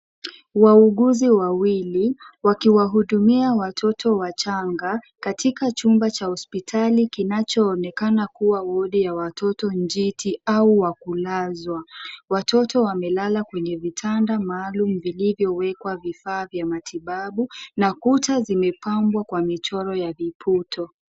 Wauguzi wawili, wakiwahudumia watoto wachanga ,katika chumba cha hospitali kinachoonekana kuwa wodi ya watoto njiti au wa kulazwa. Watoto wamelala kwenye vitanda maalumu vilivyowekwa vifaa vya matibabu na kuta zimepangwa kwa michoro ya viputo.